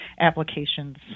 applications